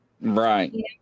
Right